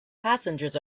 passengers